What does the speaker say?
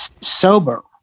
sober